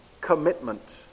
commitment